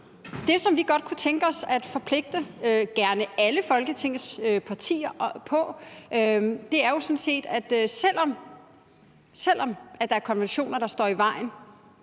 Det, som vi godt kunne tænke os at forpligte gerne alle Folketingets partier på, er sådan set, at selv om der er konventioner, der står i vejen